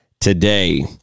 today